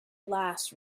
last